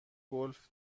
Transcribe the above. گلف